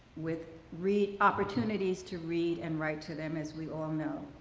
with read opportunities to read and write to them as we all know.